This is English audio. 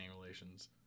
relations